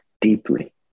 deeply